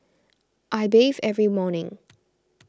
I bathe every morning